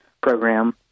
program